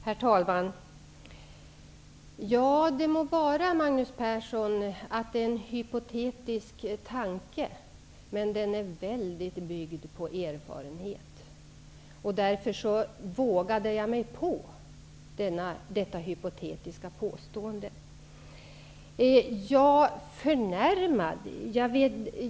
Herr talman! Det må vara, Magnus Persson, att mitt påstående var hypotetiskt, men det var byggt på mycket stor erfarenhet. Därför vågade jag mig på detta hypotetiska påstående. Magnus Persson använde vidare ordet förnärmad. Ja.